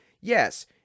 yes